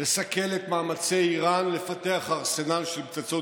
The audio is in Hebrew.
לסכל את מאמצי איראן לפתח ארסנל של פצצות